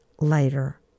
later